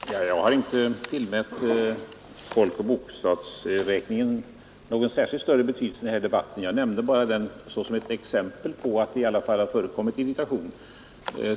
Herr talman! Jag har inte tillmätt folkoch bostadsräkningen någon särskilt stor betydelse i den här debatten; jag nämnde den bara såsom ett exempel på att det i alla fall har förekommit irritation.